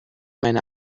meine